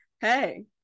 hey